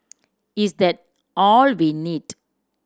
is that all we need